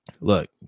look